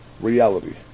reality